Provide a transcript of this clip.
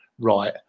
right